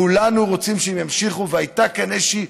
כולנו רוצים שהם ימשיכו, והייתה כאן איזו